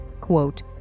quote